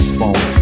phone